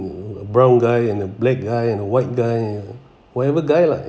brown guy and a black guy and a white guy whatever guy lah